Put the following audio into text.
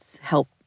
help